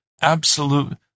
absolute